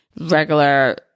regular